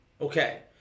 Okay